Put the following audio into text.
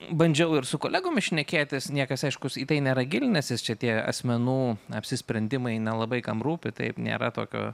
bandžiau ir su kolegomis šnekėtis niekas aišku į tai nėra gilinęsis čia tie asmenų apsisprendimai nelabai kam rūpi taip nėra tokio